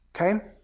Okay